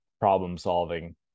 problem-solving